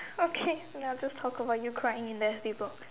okay now just talk about you crying in that table